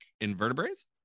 invertebrates